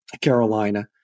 Carolina